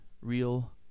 real